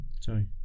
Sorry